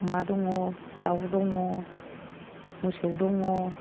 मा दङ' दाउ दङ' अमा दङ' मोसौ दङ'